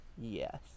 Yes